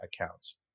accounts